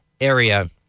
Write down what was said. area